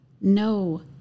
No